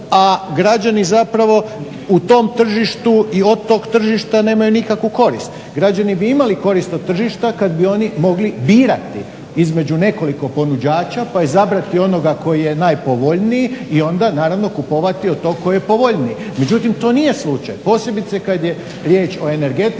a građani zapravo u tom tržištu i od tog tržišta nemaju nikakvu korist. Građani bi imali korist od tržišta kad bi oni mogli birati između nekoliko ponuđača, pa izabrati onoga koji je najpovoljniji i onda naravno kupovati od tog koji je povoljniji. Međutim, to nije slučaj posebice kad je riječ o energetici,